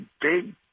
big